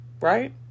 Right